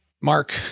Mark